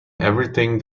everything